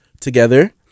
together